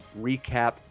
recap